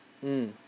mm